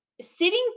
sitting